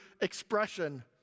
expression